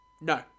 No